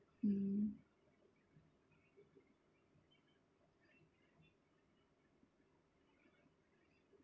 mm